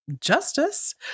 justice